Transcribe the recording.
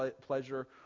pleasure